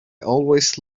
always